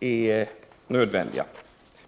är nödvändiga.